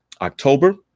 October